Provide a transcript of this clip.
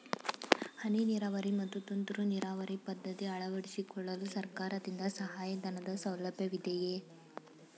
ಹನಿ ನೀರಾವರಿ ಮತ್ತು ತುಂತುರು ನೀರಾವರಿ ಪದ್ಧತಿ ಅಳವಡಿಸಿಕೊಳ್ಳಲು ಸರ್ಕಾರದಿಂದ ಸಹಾಯಧನದ ಸೌಲಭ್ಯವಿದೆಯೇ?